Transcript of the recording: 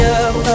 up